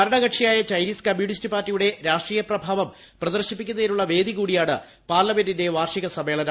ഭരണകക്ഷിയായ Chinese communist പാർട്ടിയുടെ രാഷ്ട്രീയ പ്രഭാവം പ്രദർശിപ്പിക്കുന്നതിനുളള വേദി കൂടിയാണ് പാർലമെന്റിന്റെ വാർഷിക സമ്മേളനം